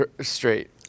straight